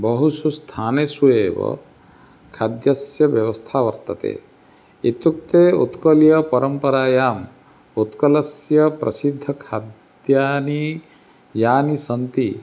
बहुषु स्थानेष्वेव खाद्यस्य व्यवस्था वर्तते इत्युक्ते उत्कलीयपरम्परायाम् उत्कलस्य प्रसिद्धखाद्यानि यानि सन्ति